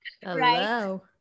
hello